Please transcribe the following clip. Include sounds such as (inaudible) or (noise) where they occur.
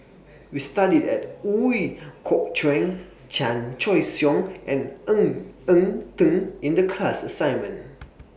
We studied At Ooi Kok Chuen Chan Choy Siong and Ng Eng Teng in The class assignment (noise)